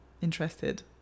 interested